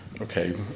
Okay